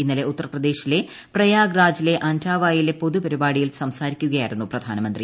ഇന്നലെ ഉത്തർപ്രദേശിലെ പ്രയാഗ് രാജിലെ അന്റാവയിലെ പൊതുപരിപാടിയിൽ സംസാരിക്കുകയായിരുന്നു പ്രധാനമന്ത്രി